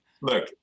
look